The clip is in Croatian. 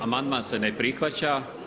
Amandman se ne prihvaća.